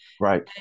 Right